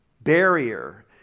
barrier